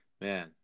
man